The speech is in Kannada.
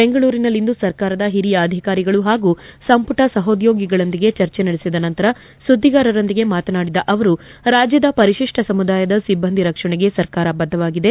ಬೆಂಗಳೂರಿನಲ್ಲಿಂದು ಸರ್ಕಾರದ ಹಿರಿಯ ಅಧಿಕಾರಿಗಳು ಹಾಗೂ ಸಂಪುಟ ಸಹೋದ್ಲೋಗಿಗಳೊಂದಿಗೆ ಚರ್ಚೆ ನಡೆಸಿದ ನಂತರ ಸುದ್ದಿಗಾರರೊಂದಿಗೆ ಮಾತನಾಡಿದ ಅವರು ರಾಜ್ಯದ ಪರಿಶಿಷ್ಠ ಸಮುದಾಯದ ಸಿಬ್ಬಂದಿ ರಕ್ಷಣೆಗೆ ಸರ್ಕಾರ ಬದ್ದವಾಗಿದೆ